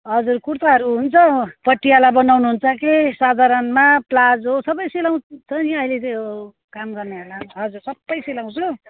हजुर कुर्ताहरू हुन्छ पटियाला बनाउनु हुन्छ कि साधारणमा प्लाजो सबै सिलाउँछु त अहिले त्यो काम गर्नेहरूलाई हजुर सबै सिलाउँछु